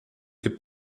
est